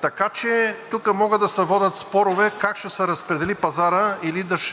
точка. Тук могат да се водят спорове как ще се разпредели пазарът